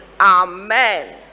Amen